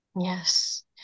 Yes